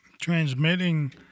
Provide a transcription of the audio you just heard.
transmitting